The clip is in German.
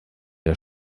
der